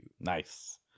Nice